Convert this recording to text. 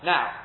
Now